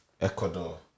Ecuador